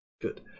good